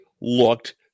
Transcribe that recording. looked